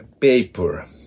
paper